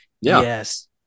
yes